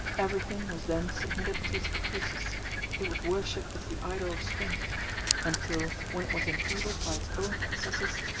everything was then submitted to its caprices it was worshipped as the idol of strength until, when it was enfeebled by its own excesses,